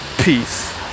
Peace